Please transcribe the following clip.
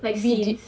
like scenes